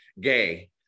gay